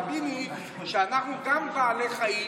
רק שתביני שגם אנחנו בעלי חיים,